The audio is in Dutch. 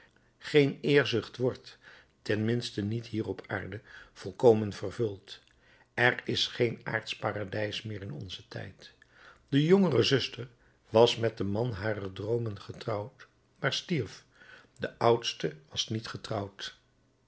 geen eerzucht wordt ten minste niet hier op aarde volkomen vervuld er is geen aardsch paradijs meer in onzen tijd de jongere zuster was met den man harer droomen getrouwd maar stierf de oudste was niet getrouwd